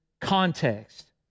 context